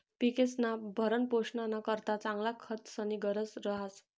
पिकेस्ना भरणपोषणना करता चांगला खतस्नी गरज रहास